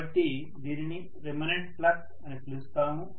కాబట్టి దీనిని remanent flux అని పిలుస్తాము